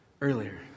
earlier